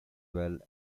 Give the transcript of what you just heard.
well